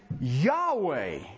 yahweh